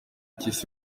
cy’isi